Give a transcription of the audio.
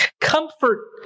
Comfort